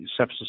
sepsis